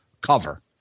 cover